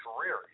career